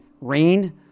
rain